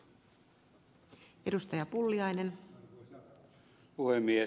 arvoisa puhemies